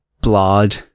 blood